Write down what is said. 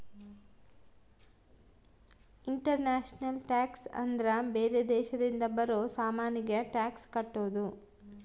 international tax ಅಂದ್ರ ಬೇರೆ ದೇಶದಿಂದ ಬರೋ ಸಾಮಾನಿಗೆ ಟ್ಯಾಕ್ಸ್ ಕಟ್ಟೋದು